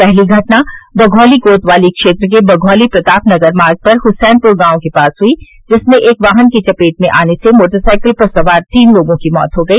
पहली घटना बघौली कोतवाली क्षेत्र के बघौली प्रतापनगर मार्ग पर हुसैनपुर गांव के पास हुई जिसमें एक वाहन की चपेट में आने से मोटरसाइकिल सवार तीन लोगों की मौत हो गई